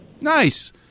Nice